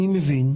אני מבין.